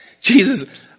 Jesus